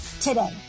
today